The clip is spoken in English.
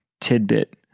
tidbit